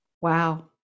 Wow